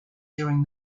during